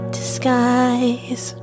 disguise